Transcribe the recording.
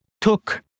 took